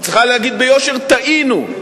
היא צריכה להגיד ביושר: טעינו.